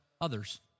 others